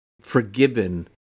forgiven